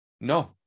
No